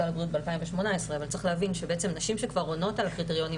הבריאות ב-2018 אבל צריך להבין שנשים שכבר עונות לקריטריונים